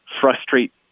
frustrate